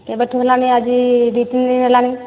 କେବେଠୁ ହେଲାଣି ଆଜି ଦୁଇ ତିନି ଦିନ ହେଲାଣି